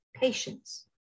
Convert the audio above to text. patience